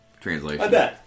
translation